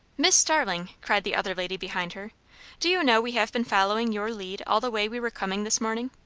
miss starling! cried the other lady behind her do you know we have been following your lead all the way we were coming this morning?